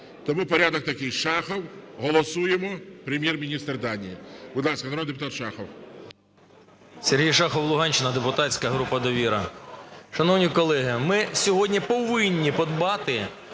Тому порядок такий: Шахов, голосуємо, Прем’єр-міністр Данії. Будь ласка, народний депутат Шахов. 11:58:09 ШАХОВ С.В. Сергій Шахов, Луганщина, депутатська група "Довіра". Шановні колеги, ми сьогодні повинні подбати